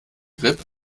grip